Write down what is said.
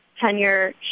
tenure